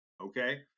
okay